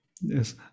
Yes